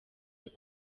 muri